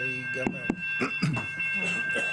הפרויקט שלנו בנוי על אסדה צפה שנמצאת במרחק של כ-90 ק"מ מהחוף.